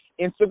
Instagram